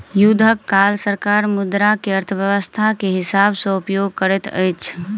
युद्धक काल सरकार मुद्रा के अर्थव्यस्था के हिसाब सॅ उपयोग करैत अछि